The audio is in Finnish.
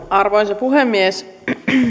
arvoisa puhemies